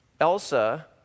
Elsa